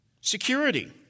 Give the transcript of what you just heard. Security